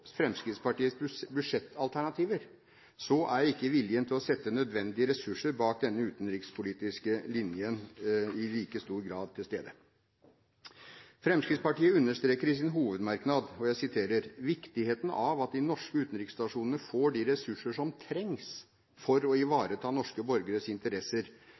Fremskrittspartiets budsjettalternativer, er ikke viljen til å sette nødvendige ressurser bak denne utenrikspolitiske linjen i like stor grad til stede. Fremskrittspartiet understreker i sin hovedmerknad «viktigheten av at de norske utenriksstasjonene får de ressurser som trengs for å ivareta norske borgeres interesser